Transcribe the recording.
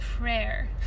prayer